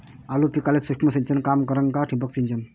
आलू पिकाले सूक्ष्म सिंचन काम करन का ठिबक सिंचन?